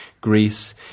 Greece